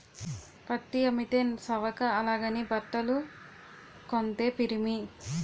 పత్తి అమ్మితే సవక అలాగని బట్టలు కొంతే పిరిమి